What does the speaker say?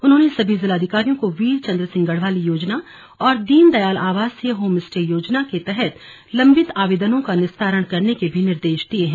उन्होंने सभी जिलाधिकारियों को वीर चन्द्र सिंह गढ़वाली योजना और दीन दयाल आवासीय होम स्टे योजना के तहत लंबित आवेदनों का निस्तारण करने के भी निर्देश दिये हैं